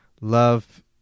love